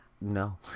No